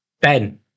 Ben